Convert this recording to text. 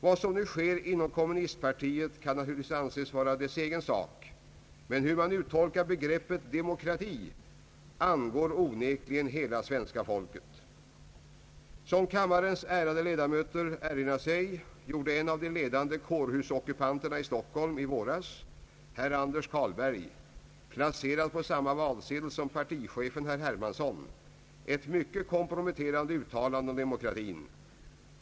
Vad som nu sker inom kommunistpartiet kan naturligtvis anses vara dess egen sak, men hur man uttolkar begreppet demokrati angår onekligen hela svenska folket. Som kammarens ärade ledamöter erinrar sig gjorde en av de ledande kårhusockupanterna i Stockholm i våras, herr Anders Carlberg, placerad på samma valsedel som partichefen herr Hermansson, ett mycket komprometterande uttalande om demokrati.